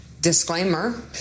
disclaimer